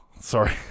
Sorry